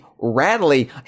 Rattly